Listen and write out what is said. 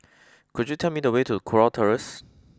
could you tell me the way to Kurau Terrace